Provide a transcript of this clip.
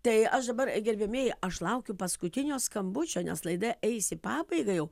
tai aš dabar gerbiamieji aš laukiu paskutinio skambučio nes laida eis į pabaigą jau